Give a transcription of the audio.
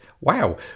wow